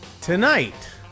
tonight